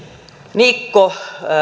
niikko